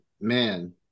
Man